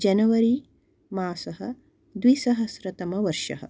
January मासः द्विसहस्रतमवर्षः